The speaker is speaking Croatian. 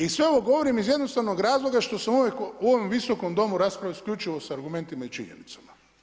I sve ovo govorim iz jednostavnog razloga što se u ovom visokom Domu raspravlja isključivo sa argumentima i činjenicama.